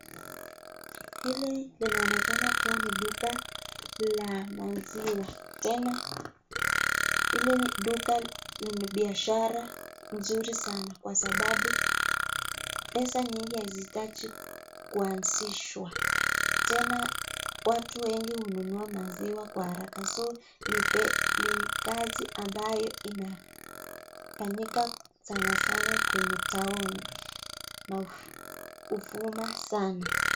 Hili linaonekana kuwa ni duka la maziwa. Tena hili duka la biashara nzuri sana kwa sababu pesa nyingi hazihitajiki kuanzishwa. Tena watu wengi hununua maziwa kwa haraka. So ni kazi ambayo inafanyika sana sana kwenye town na huvuma sana.